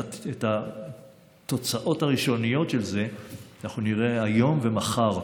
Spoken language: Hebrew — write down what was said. את התוצאות הראשוניות של זה נראה היום ומחר.